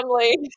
family